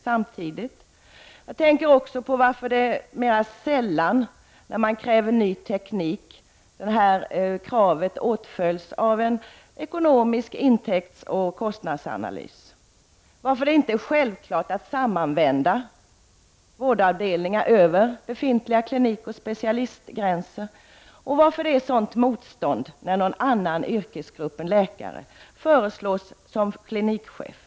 Jag tänker också på varför kraven på ny teknik mer sällan åtföljs av rejäla ekonomiska intäktsoch kostnadsanalyser, varför det inte är självklart att samanvända vårdavdelningar över befintliga klinikoch specialistgränser och varför det är ett sådant motstånd när någon som tillhör en annan yrkesgrupp än läkarnas föreslås som klinikchef.